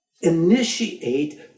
initiate